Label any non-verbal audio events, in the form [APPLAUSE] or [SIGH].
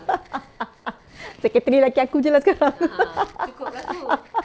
[LAUGHS] secretary lelaki aku jer lah sekarang [LAUGHS]